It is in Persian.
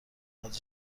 آدرس